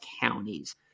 counties